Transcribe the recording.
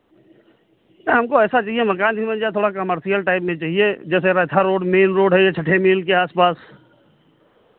हमको ऐसा चाहिए मकान भी मिल जाए थोड़ा कमर्शियल टाइप में चाहिए जैसे रैथा रोड मेन रोड है ये छठे मील के आस पास